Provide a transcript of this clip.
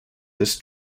this